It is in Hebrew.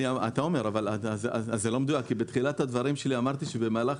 אתה אומר אבל זה לא מדויק כי בתחילת הדברים שלי אמרתי שבמהלך